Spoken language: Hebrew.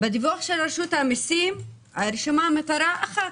בדיווח של רשות המיסים רשומה מטרה אחת.